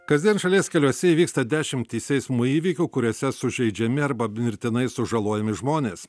kasdien šalies keliuose įvyksta dešimtys eismo įvykių kuriuose sužeidžiami arba mirtinai sužalojami žmonės